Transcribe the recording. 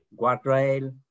guardrail